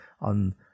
on